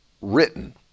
written